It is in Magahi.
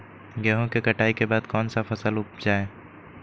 गेंहू के कटाई के बाद कौन सा फसल उप जाए?